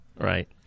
Right